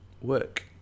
work